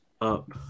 up